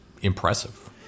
impressive